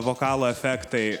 vokalo efektai